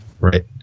Right